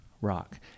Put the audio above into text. rock